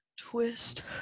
Twist